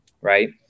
right